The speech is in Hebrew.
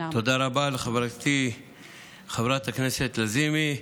תודה רבה לחברתי חברת הכנסת לזימי.